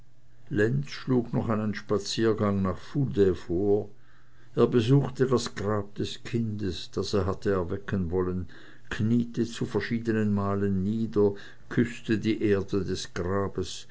lenz schlug noch einen spaziergang nach fouday vor er besuchte das grab des kindes das er hatte erwecken wollen kniete zu verschiedenen malen nieder küßte die erde des grabes